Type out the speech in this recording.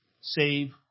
save